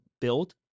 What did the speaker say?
build